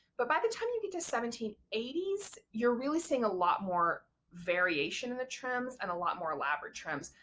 but by the time you get to seventeen eighty s you're really seeing a lot more variation in the trims and a lot more elaborate trims.